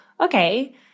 Okay